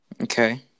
Okay